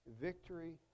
Victory